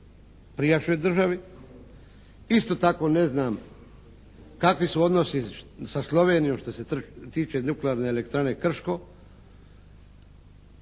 prijašnjoj državi. Isto tako ne znam kakvi su odnosi sa Slovenijom što se tiče Nuklearne elektrane Krško.